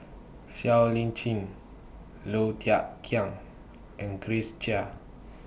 Siow Lee Chin Low Thia Khiang and Grace Chia